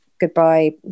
goodbye